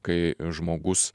kai žmogus